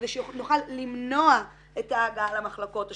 כדי שנוכל למנוע את ההגעה למחלקות או